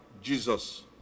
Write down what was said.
Jesus